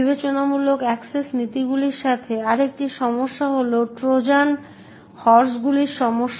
বিবেচনামূলক access নীতিগুলির সাথে আরেকটি সমস্যা হল ট্রোজান হর্সগুলির সমস্যা